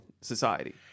society